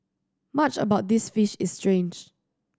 much about this fish is strange